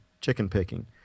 chicken-picking